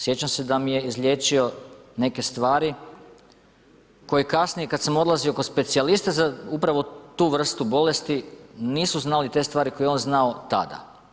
Sjećam se da mi je izliječio neke stvari koji kasnije kad sam odlazio kod specijaliste za upravo tu vrstu bolesti nisu znali te stvari koje je on znao tada.